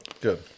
Good